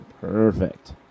Perfect